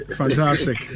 fantastic